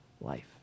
life